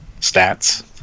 stats